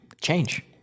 change